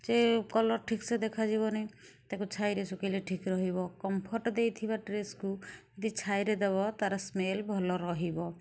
ସେ କଲର୍ ଠିକ୍ ସେ ଦେଖା ଯିବନି ତାକୁ ଛାଇ ରେ ଶୁଖେଇଲେ ଠିକ୍ ରହିବ କମ୍ଫଟ୍ ଦେଇଥିବା ଡ୍ରେସ୍କୁ ଯଦି ଛାଇ ରେ ଦବ ତାର ସ୍ମେଲ୍ ଭଲ ରହିବ